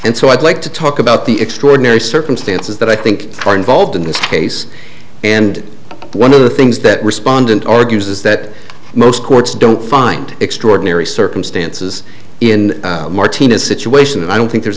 and so i'd like to talk about the extraordinary circumstances that i think are involved in this case and one of the things that respondent argues is that most courts don't find extraordinary circumstances in martina's situation and i don't think there's